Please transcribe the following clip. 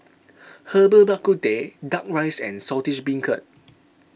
Herbal Bak Ku Teh Duck Rice and Saltish Beancurd